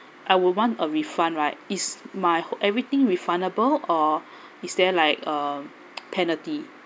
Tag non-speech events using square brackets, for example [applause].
I would want a refund right is my everything refundable or [breath] is there like a penalty